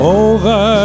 over